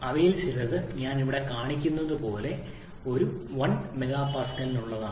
അവയിൽ ചിലത് ഞാൻ ഇവിടെ കാണിക്കുന്നത് പോലെ ഇത് 1 എംപിഎയ്ക്കുള്ളതാണ്